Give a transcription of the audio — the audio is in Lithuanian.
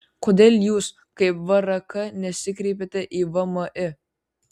kodėl jūs kaip vrk nesikreipėte į vmi